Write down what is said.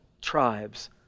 tribes